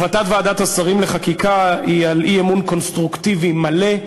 החלטת ועדת השרים לחקיקה היא על אי-אמון קונסטרוקטיבי מלא,